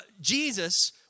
Jesus